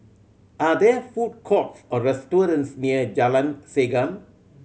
are there food courts or restaurants near Jalan Segam